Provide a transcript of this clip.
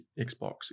Xbox